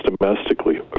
domestically